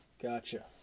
Gotcha